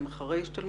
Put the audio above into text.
לא.